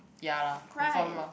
ya lah confirm lah